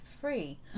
free